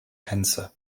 tänze